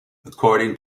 according